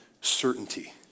certainty